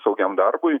saugiam darbui